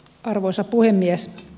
arvoisa puhemies